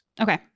Okay